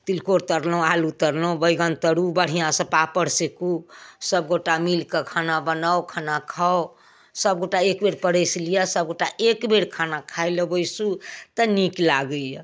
तिलकोर तरलहुँ आलू तरलहुँ बैगन तरू बढ़िआँसँ पापड़ सेकू सभगोटा मिलिकऽ खाना बनाउ खाना खाउ सभगोटा एकबेर परसि लिअऽ सभगोटा एकबेर खाना खाइलए बैसू तऽ नीक लागैए